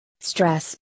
stress